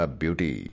beauty